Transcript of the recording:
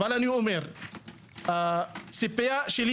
אך הציפייה שלי,